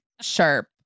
sharp